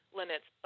limits